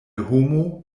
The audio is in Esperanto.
homo